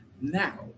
now